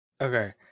Okay